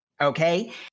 Okay